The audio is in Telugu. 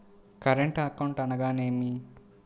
కరెంట్ అకౌంట్ అనగా ఏమిటి?